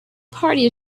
party